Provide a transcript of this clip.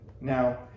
now